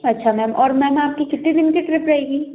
अच्छा मैम और मैम आपकी कितने दिन की ट्रिप रहेगी